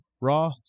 raw